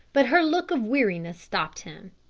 but her look of weariness stopped him.